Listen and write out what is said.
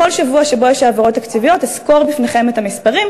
בכל שבוע שבו יש העברות תקציביות אני אסקור בפניכם את המספרים,